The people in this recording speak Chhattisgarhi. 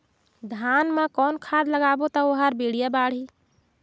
धान मा कौन खाद लगाबो ता ओहार बेडिया बाणही?